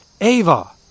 AVA